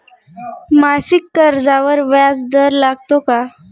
मासिक कर्जावर व्याज दर लागतो का?